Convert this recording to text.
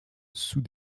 sous